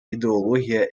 ідеологія